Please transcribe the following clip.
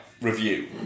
review